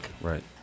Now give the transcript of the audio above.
right